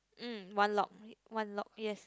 mm one lock one lock yes